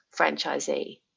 franchisee